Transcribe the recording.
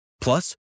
Plus